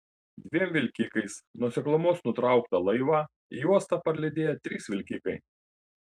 dviem vilkikais nuo seklumos nutrauktą laivą į uostą parlydėjo trys vilkikai